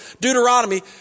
Deuteronomy